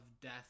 death